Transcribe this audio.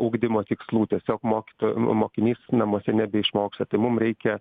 ugdymo tikslų tiesiog mokytoj mokinys namuose nebeišmoksta tai mum reikia